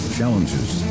challenges